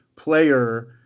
player